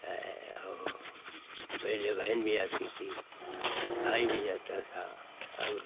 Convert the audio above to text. पहले बहन भी आती थी भाई भी जाता था अब